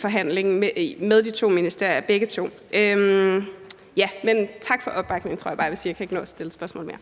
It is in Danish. forhandling med begge ministerier. Men tak for opbakningen tror jeg bare jeg vil sige, for jeg kan ikke nå at stille et spørgsmål mere.